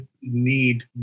need